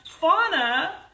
Fauna